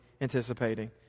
anticipating